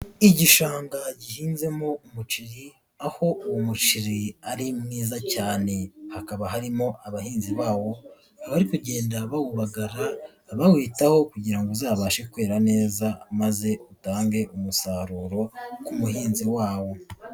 Igishanga gihinzemo umuceri aho uwo muceri ari mwiza cyane, hakaba harimo abahinzi bawo bari kugenda bawo bawitaho kugirango uzabashe kwera neza maze utange umusaruro ku muhinzi wawo.